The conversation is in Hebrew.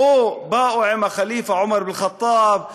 או שבאו עם הח'ליף עומר אבן אל-ח'טאב,